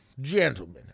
Gentlemen